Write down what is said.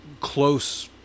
close